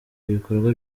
ibikorwa